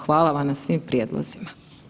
Hvala vam na svim prijedlozima.